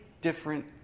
different